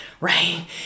right